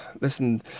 Listen